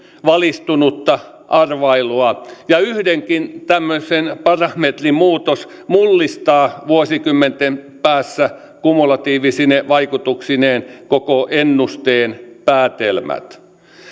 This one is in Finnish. valistunutta arvailua ja yhdenkin tämmöisen parametrin muutos mullistaa vuosikymmenten päässä kumulatiivisine vaikutuksineen koko ennusteen päätelmät